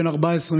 בן 14,